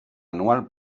anual